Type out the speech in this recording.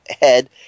head